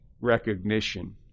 recognition